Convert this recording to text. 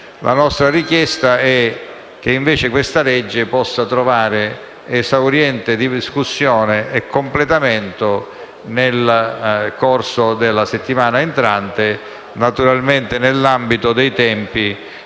La nostra richiesta è che questo provvedimento possa trovare esauriente discussione e completamento nel corso della settimana entrante, naturalmente nell'ambito dei tempi